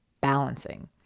Balancing